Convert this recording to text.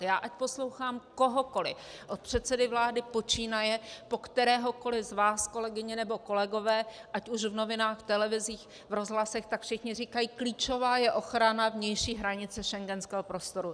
Já ať poslouchám kohokoli, od předsedy vlády počínaje po kteréhokoli z vás, kolegyně nebo kolegové, ať už v novinách, televizích, v rozhlasech, tak všichni říkají: klíčová je ochrana vnější hranice schengenského prostoru.